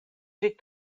ĝin